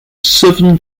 seven